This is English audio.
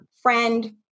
friend